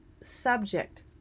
subject